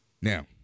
Now